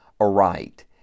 aright